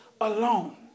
alone